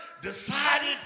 decided